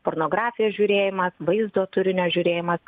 pornografijos žiūrėjimas vaizdo turinio žiūrėjimas